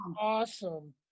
awesome